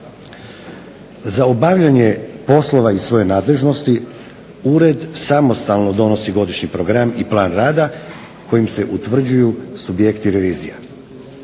Za obavljanje poslova iz svoje nadležnosti Ured samostalno donosi godišnji program i plan rada kojim se utvrđuju subjekti revizija.